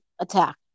attack